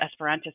Esperantist